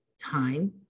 time